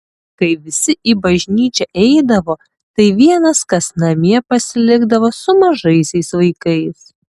kai visi į bažnyčią eidavo tai vienas kas namie pasilikdavo su mažaisiais vaikais